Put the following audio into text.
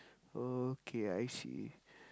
oh okay I see